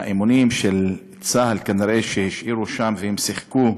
מהאימונים של צה"ל, שכנראה השאירו שם, והם שיחקו,